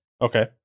okay